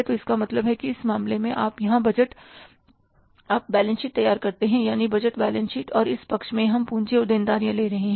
तो इसका मतलब है इस मामले में आप यहां बैलेंस शीट तैयार करते हैं यानी बजट बैलेंस शीट और इस पक्ष में हम पूंजी और देनदारियां ले रहे हैं